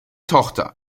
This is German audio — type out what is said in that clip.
tochter